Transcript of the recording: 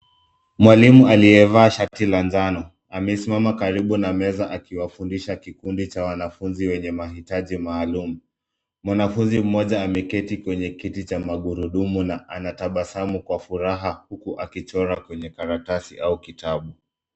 Mwalimu aliyevaa shati la njano, amesimama karibu na meza akiwafundisha kikundi cha wanafunzi wenye mahitaji maalum. Mwanafunzi mmoja ameketi kwenye kiti cha magurudumu na anatabasamu kwa furaha, huku akichora kwenye karatasi au kitabu.